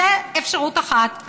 זאת אפשרות אחת.